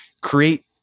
create